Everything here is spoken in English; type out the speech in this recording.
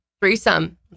Threesome